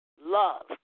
love